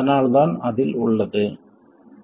அதனால்தான் அதில் உள்ளது